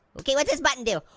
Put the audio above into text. okay, what's this button do?